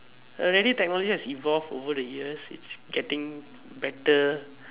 already technology has evolved over the years it's getting better